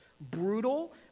brutal